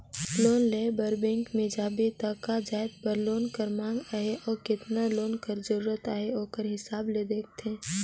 loan लेय बर bank में जाबे त का जाएत बर लोन कर मांग अहे अउ केतना लोन कर जरूरत अहे ओकर हिसाब ले देखथे